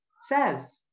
says